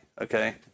okay